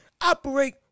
operate